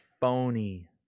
phony